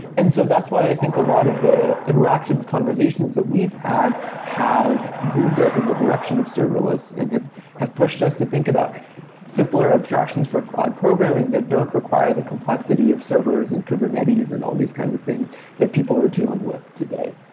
and so that's why i think a lot of the interactions, conversations that we've had have moved us in the direction of serverless and have have pushed us to think about simpler abstractions for cloud programming that don't require the complexity of servers and kubernetes and all these kinds of things that people are dealing with today.